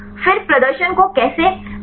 फिर प्रदर्शन को कैसे मान्य किया जाए